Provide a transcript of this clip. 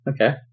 Okay